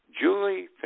Julie